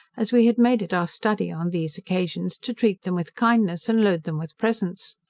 as we had made it our study, on these occasions, to treat them with kindness, and load them with presents.